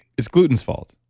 it's gluten's fault